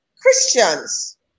Christians